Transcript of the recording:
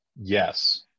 yes